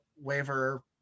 waiver